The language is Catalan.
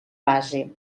base